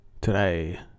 Today